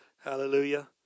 Hallelujah